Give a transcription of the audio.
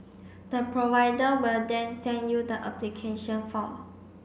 the provider will then send you the application form